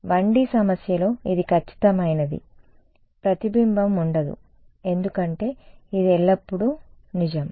1 D సమస్యలో ఇది ఖచ్చితమైనది ప్రతిబింబం ఉండదు ఎందుకంటే ఇది ఎల్లప్పుడూ నిజం